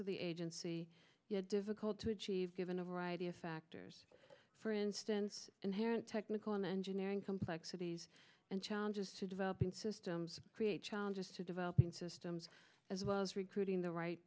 of the agency yet difficult to achieve given a variety of factors for instance inherent technical in engineering some flexibility and challenges to developing systems create challenges to developing systems as well as recruiting the right